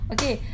Okay